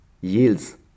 yields